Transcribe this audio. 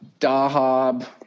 Dahab